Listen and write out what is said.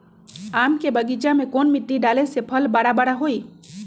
आम के बगीचा में कौन मिट्टी डाले से फल बारा बारा होई?